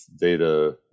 data